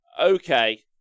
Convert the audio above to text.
Okay